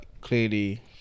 clearly